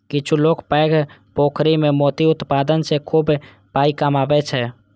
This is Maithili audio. किछु लोक पैघ पोखरि मे मोती उत्पादन सं खूब पाइ कमबै छै